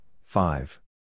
five